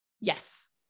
Yes